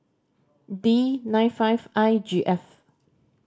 D nine five I G F